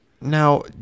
Now